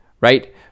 right